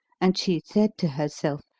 and she said to herself.